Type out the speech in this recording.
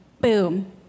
boom